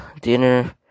dinner